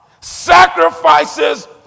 sacrifices